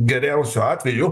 geriausiu atveju